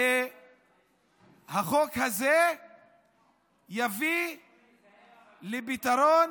שהחוק הזה יביא לפתרון,